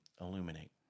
illuminate